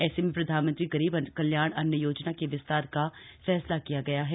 ऐसे में प्रधानमंत्री गरीब कल्याण अन्न योजना के विस्तार का फैसला किया गया है